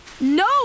No